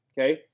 okay